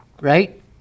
right